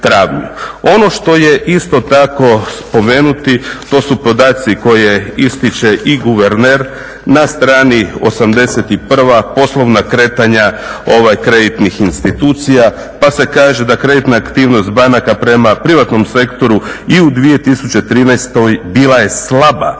Ono što je isto tako spomenuti to su podaci koje ističe i guverner. Na strani 81. poslovna kretanja kreditnih institucija, pa se kaže da kreditna aktivnost banaka prema privatnom sektoru i u 2013. bila je slaba.